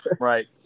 Right